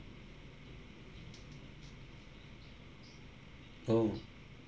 oh